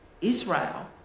Israel